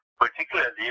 particularly